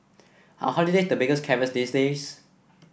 are holiday the biggest carrots these days